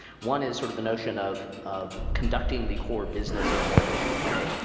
one is sort of the notion of of conducting the core business in a more efficient way,